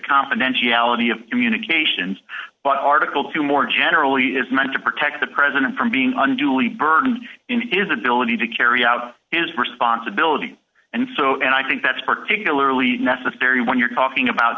confidentiality of communications on article two more generally is meant to protect the president from being on duly burden is ability to carry out his responsibility and so i think that's particularly necessary when you're talking about